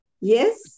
Yes